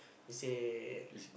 he say